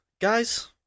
guys